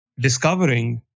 discovering